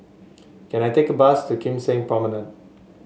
can I take a bus to Kim Seng Promenade